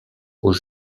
aux